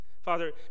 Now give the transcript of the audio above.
Father